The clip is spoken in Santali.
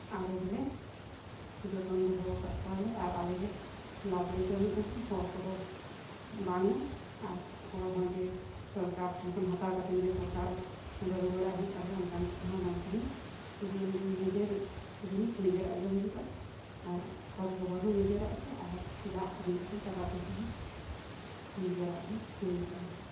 ᱟᱞᱮ ᱜᱮᱞᱮ ᱡᱚᱛᱚᱱ ᱫᱚᱦᱚ ᱟᱠᱟᱫ ᱠᱚᱣᱟᱞᱮ ᱟᱨ ᱟᱞᱮᱜᱮ ᱞᱟᱵᱽᱞᱮ ᱡᱚᱢᱮᱜᱼᱟᱞᱮ ᱦᱚᱲ ᱠᱚᱫᱚ ᱵᱟᱝᱼᱟ ᱟᱨ ᱦᱚᱲᱦᱚᱸ ᱡᱮ ᱥᱚᱨᱠᱟᱨ ᱴᱷᱮᱱ ᱠᱷᱚᱱ ᱦᱟᱛᱟᱣ ᱠᱟᱛᱮ ᱡᱟᱹᱥᱛᱤ ᱥᱚᱨᱠᱟᱨ ᱚᱸᱰᱮ ᱨᱩᱣᱟᱹᱲᱟᱭ ᱦᱩᱭᱩᱜ ᱛᱟᱞᱮᱭᱟ ᱚᱱᱠᱟᱱ ᱠᱟᱛᱷᱟ ᱦᱚᱸ ᱵᱟᱝ ᱠᱟᱱᱟ ᱡᱮ ᱱᱤᱡᱮᱨ ᱡᱤᱱᱤᱥ ᱱᱤᱡᱮᱨᱟᱜ ᱜᱮ ᱦᱩᱭᱩᱜᱼᱟ ᱟᱨ ᱠᱷᱚᱛ ᱜᱚᱵᱚᱨ ᱦᱚᱸ ᱱᱤᱡᱮᱨᱟᱜ ᱜᱮ ᱟᱨ ᱡᱟᱦᱟᱸ ᱟᱹᱠᱷᱨᱤᱧ ᱠᱟᱛᱮ ᱴᱟᱠᱟ ᱯᱚᱭᱥᱟ ᱦᱚᱸ ᱱᱤᱡᱮᱨᱟᱜ ᱜᱮ ᱦᱩᱭᱩᱜᱼᱟ